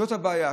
זאת הבעיה,